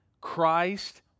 Christ